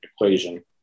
equation